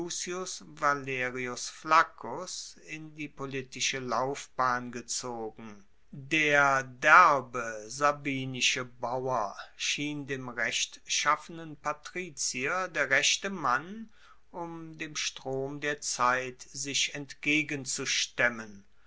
valerius flaccus in die politische laufbahn gezogen der derbe sabinische bauer schien dem rechtschaffenen patrizier der rechte mann um dem strom der zeit sich entgegenzustemmen